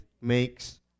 makes